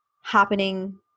happening